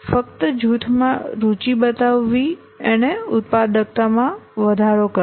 ફક્ત જૂથમાં રુચિ બતાવવી એણે ઉત્પાદકતામાં વધારો કર્યો